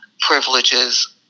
privileges